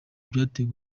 byateye